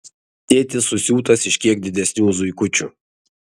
tėtis susiūtas iš kiek didesnių zuikučių